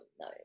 no